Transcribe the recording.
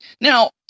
now